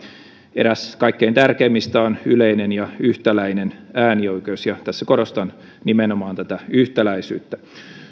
eräs kaikkein tärkeimmistä on yleinen ja yhtäläinen äänioikeus ja tässä korostan nimenomaan tätä yhtäläisyyttä